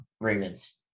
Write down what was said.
Ravens